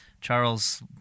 Charles